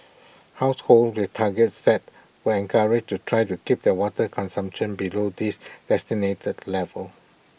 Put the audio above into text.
households with targets set were encouraged to try to keep their water consumption below these designated levels